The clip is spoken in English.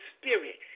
Spirit